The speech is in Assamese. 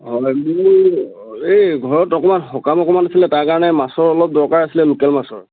হয় মানে মোৰ এই ঘৰত সকাম অকমান আছিলে তাৰ কাৰণে মাছৰ অলপ দৰকাৰ আছিলে লোকেল মাছৰ